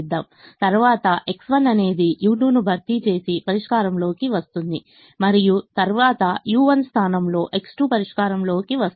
తరువాత X1 అనేది u2 ను భర్తీచేసి పరిష్కారం లోకి వస్తుంది మరియు తరువాత u1 స్థానంలో X2 పరిష్కారం లోకి వస్తుంది